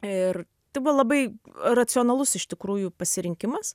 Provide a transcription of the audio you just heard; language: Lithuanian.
ir tai buvo labai racionalus iš tikrųjų pasirinkimas